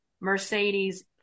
Mercedes